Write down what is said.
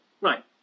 right